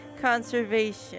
conservation